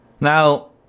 Now